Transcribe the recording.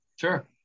Sure